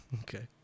Okay